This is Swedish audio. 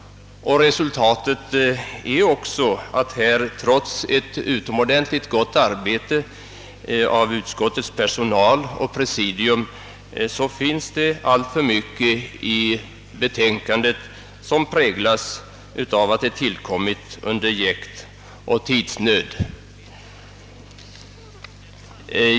Resultatet är också att här, trots ett utomordentligt gott arbete av utskottets personal och presidium, presenteras ett utlåtande som alltför mycket präglas av att ha tillkommit under jäkt och tidsnöd.